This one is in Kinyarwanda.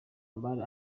abari